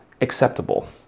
acceptable